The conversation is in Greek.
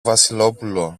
βασιλόπουλο